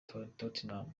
tottenham